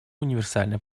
универсальной